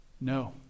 No